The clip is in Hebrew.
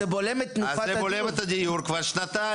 זה בולם את הדיור כבר שנתיים.